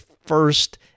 first